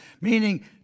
meaning